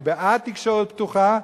אני בעד תקשורת פתוחה,